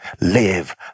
live